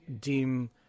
deem